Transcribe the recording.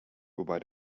wobei